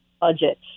budget